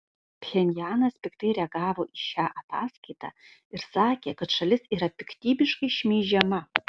pchenjanas piktai reagavo į šią ataskaitą ir sakė kad šalis yra piktybiškai šmeižiama